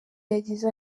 yagize